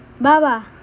baba